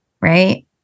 right